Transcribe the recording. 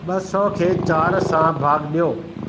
ॿ सौ खे चारि सां भाॻु ॾियो